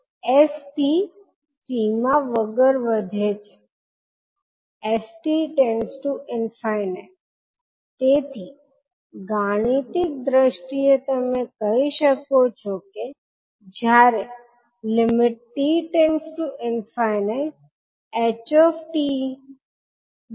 ચાલો હવે network stability તરીકે ઓળખાતા બીજા ખ્યાલ તરફ આગળ વધીએ અહીં સર્કિટ સ્ટેબલ છે જો તેનો ઈમ્પલ્સ રિસ્પોન્સ બંધાયેલ હોય એટલે કે જ્યારે 𝑡 →∞ છે ત્યારે ℎ𝑡 મર્યાદિત મૂલ્યમાં ક્ન્વેર્જ થાય છે અને જો તે અનસ્ટેબલ હોય તો st સીમા વગર વધે છે s t →∞